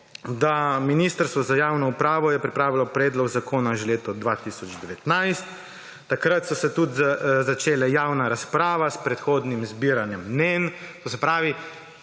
je Ministrstvo za javno upravo pripravilo predlog zakona že leta 2019. Takrat se je tudi začela javna razprava s predhodnim zbiranjem mnenj; to se pravi,